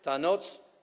Ta noc.